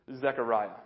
Zechariah